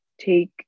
take